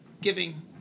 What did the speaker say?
giving